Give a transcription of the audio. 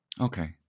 Okay